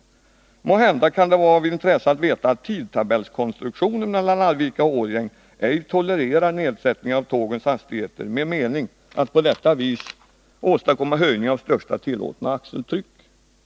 Måhända kan det vara av intresse att veta att tidtabellskonstruktionen mellan Arvika och Årjäng ej tolererar nedsättningar av tågens hastigheter med mening att på detta vis åstadkomma höjning av största tillåtna axeltryck.